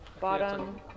bottom